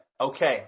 Okay